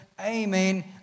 Amen